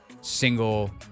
single